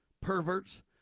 perverts